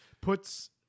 puts